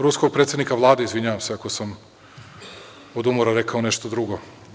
Ruskog predsednika Vlade, izvinjavam se ako sam od umora rekao nešto drugo.